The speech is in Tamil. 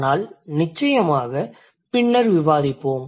ஆனால் நிச்சயமாக பின்னர் விவாதிப்போம்